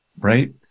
Right